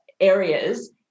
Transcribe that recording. areas